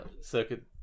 Circuit